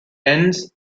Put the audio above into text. ends